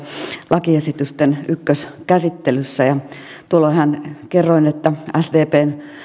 lakiesitysten ykköskäsittelyssä tuolloinhan kerroin että sdpn